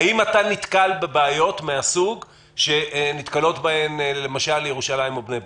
האם אתה נתקל בבעיות מן הסוג שנתקלות בהן למשל ירושלים או בני ברק?